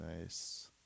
nice